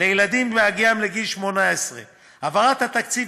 לילדים בהגיעם לגיל 18. העברת התקציב